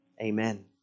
Amen